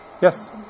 Yes